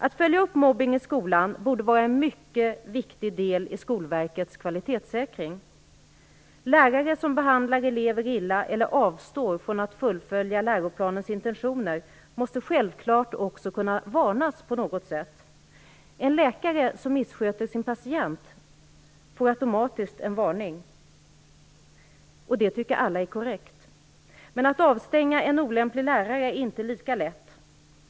Att följa upp mobbning i skolan borde vara en mycket viktig del i Skolverkets kvalitetssäkring. Lärare som behandlar elever illa eller avstår från att fullfölja läroplanens intentioner måste självklart också kunna varnas på något sätt. En läkare som missköter sin patient får automatiskt en varning. Det tycker alla är korrekt. Men att avstänga en olämplig lärare är inte lika lätt.